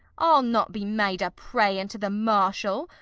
i'll not be made a prey unto the marshal,